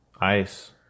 ice